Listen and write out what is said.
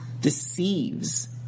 deceives